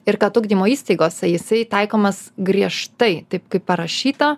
ir kad ugdymo įstaigose jisai taikomas griežtai taip kaip parašyta